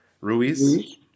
Ruiz